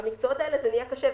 במקצועות האלה זה נהיה קשה,